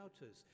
doubters